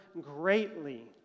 greatly